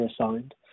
assigned